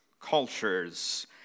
cultures